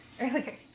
earlier